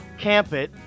Campit